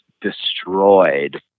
destroyed